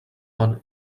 one